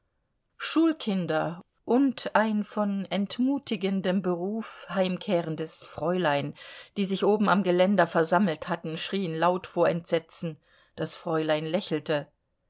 schulkinder und ein von entmutigendem beruf heimkehrendes fräulein die sich oben am geländer versammelt hatten schrien laut auf vor entsetzen das fräulein lächelte